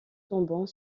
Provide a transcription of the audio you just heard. tombant